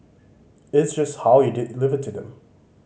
it's just how you deliver to them